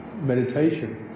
meditation